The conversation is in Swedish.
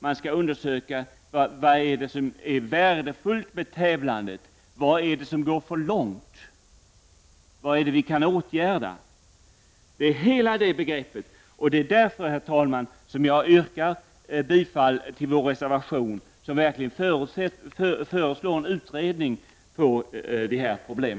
Man skall undersöka vad det är som är värdefullt med tävlan Vennon om dopning det, vad det är som går för långt och vad som går att åtgärda. Herr talman! Jag yrkar bifall till vår reservation som verkligen föreslår en utredning av dessa problem.